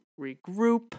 regroup